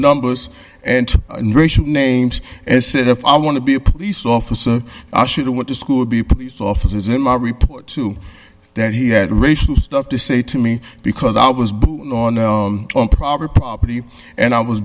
numbers and names and said if i want to be a police officer i should want to school be police officers in my report too that he had racial stuff to say to me because i was on probert property and i was